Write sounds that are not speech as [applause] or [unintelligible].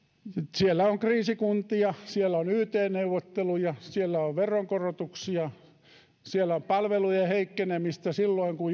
siellä on kriisikuntia siellä on yt neuvotteluja siellä on veronkorotuksia siellä on palvelujen heikkenemistä juuri silloin kun [unintelligible]